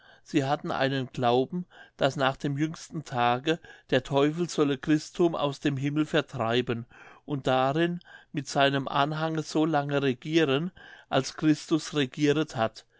sie hatten einen glauben daß nach dem jüngsten tage der teufel solle christum aus dem himmel vertreiben und darin mit seinem anhange so lange regieren als christus regieret hat